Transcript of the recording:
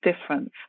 difference